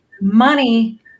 money